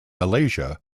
malaysia